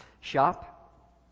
shop